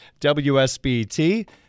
WSBT